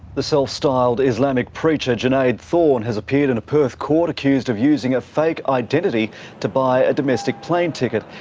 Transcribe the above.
the self-styled islamic preacher junaid thorne has appeared in a perth court accused of using a fake identity to buy a domestic plane ticket,